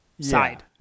side